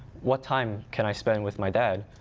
what time can i spend with my dad?